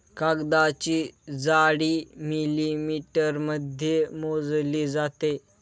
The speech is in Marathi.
कागदाची जाडी मिलिमीटरमध्ये मोजली जाते